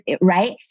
right